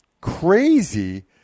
crazy